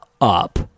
up